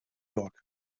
york